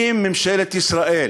אם ממשלת ישראל,